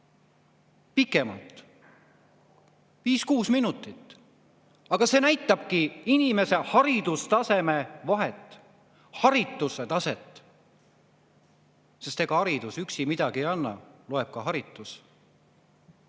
pikemalt, viis-kuus minutit. See näitabki inimeste haridustaseme vahet, harituse taset. Ega haridus üksi midagi ei anna, loeb ka haritus.